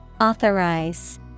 Authorize